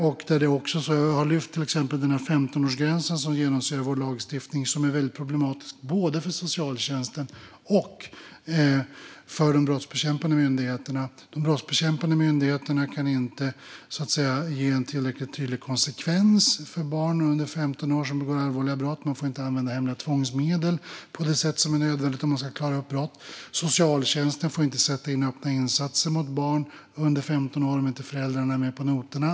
Jag har till exempel lyft 15-årsgränsen, som genomsyrar vår lagstiftning och som är väldigt problematisk både för socialtjänsten och för de brottsbekämpande myndigheterna. De brottsbekämpande myndigheterna kan inte ge en tillräckligt tydlig konsekvens för barn under 15 år som begår allvarliga brott. Man får inte använda hemliga tvångsmedel på det sätt som är nödvändigt om man ska klara upp brott. Socialtjänsten får inte sätta in öppna insatser mot barn under 15 år om inte föräldrarna är med på noterna.